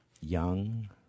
young